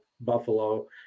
Buffalo